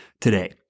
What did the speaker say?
today